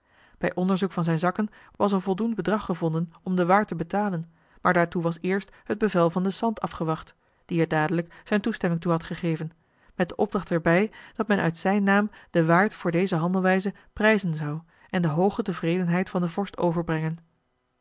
bij onderzoek van zijn zakken was een voldoend bedrag joh h been paddeltje de scheepsjongen van michiel de ruijter gevonden om den waard te betalen maar daartoe was eerst het bevel van den sant afgewacht die er dadelijk zijn toestemming toe had gegeven met de opdracht er bij dat men uit zijn naam den waard voor deze handelwijze prijzen zou en de hooge tevredenheid van den vorst overbrengen